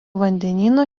vandenyno